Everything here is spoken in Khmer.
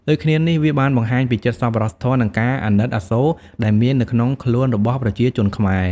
ដូចគ្នានេះ វាបានបង្ហាញពីចិត្តសប្បុរសធម៌ និងការអាណិតអាសូរដែលមាននៅក្នុងខ្លួនរបស់ប្រជាជនខ្មែរ។